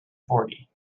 fourty